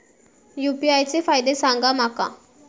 UPI चे फायदे सांगा माका?